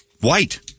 white